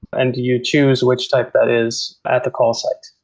and you choose which type that is at the call site.